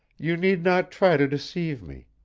you need not try to deceive me.